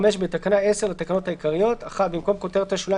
5. בתקנה 10 לתקנות העיקריות - (1) במקום כותרת השוליים